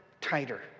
tighter